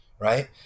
Right